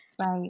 Right